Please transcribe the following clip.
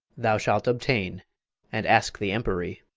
thou shalt obtain and ask the empery.